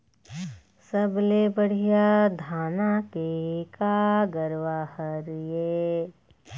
सबले बढ़िया धाना के का गरवा हर ये?